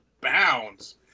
bounds